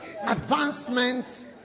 advancement